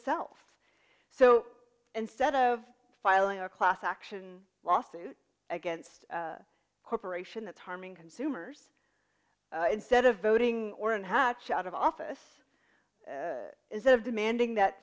self so instead of filing a class action lawsuit against a corporation it's harming consumers instead of voting orrin hatch out of office instead of demanding that